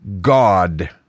God